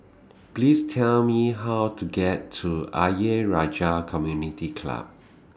Please Tell Me How to get to Ayer Rajah Community Club